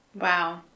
Wow